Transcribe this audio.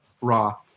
raw